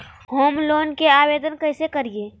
Home loan के आवेदन कैसे करि?